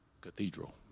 cathedral